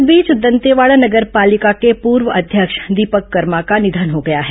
इस बीच दंतेवाडा नगर पालिका के पूर्व अध्यक्ष दीपक कर्मा का निधन हो गया है